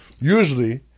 usually